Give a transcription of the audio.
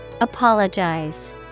Apologize